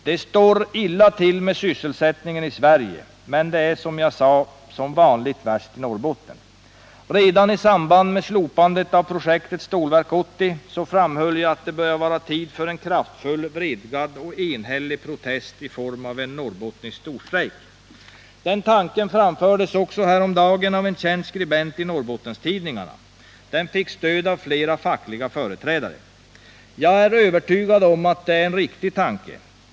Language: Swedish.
Det står illa till med sysselsättningen i Sverige, men det är som vanligt värst i Norrbotten. Redan i samband med slopandet av Stålverk 80-projektet framhöll jag att det börjar bli tid för en kraftfull, vredgad och enhällig protest i form av en norrbottnisk storstrejk. Den tanken framfördes häromdagen också av en känd skribent i en Norrbottentidning. Den fick stöd av flera fackliga företrädare. Jag är övertygad om att det är en riktig tanke.